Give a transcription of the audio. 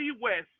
West